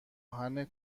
آهن